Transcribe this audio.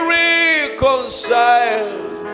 reconciled